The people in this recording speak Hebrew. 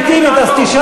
תודה.